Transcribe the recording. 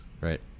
right